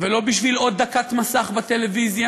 ולא בשביל עוד דקת מסך בטלוויזיה,